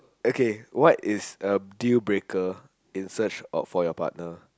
okay what is a dealbreaker in search of for your partner